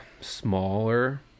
smaller